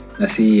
nasi